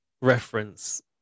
reference